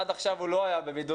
עד עכשיו הוא לא היה בבידוד,